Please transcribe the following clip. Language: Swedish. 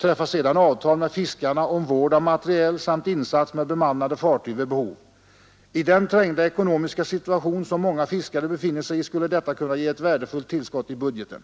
Träffa sedan avtal med fiskarna om vård av materiel samt insats med bemannade fartyg vid behov. I den trängda ekonomiska situation som många fiskare befinner sig i skulle detta kunna ge ett värdefullt tillskott i budgeten.